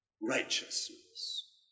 righteousness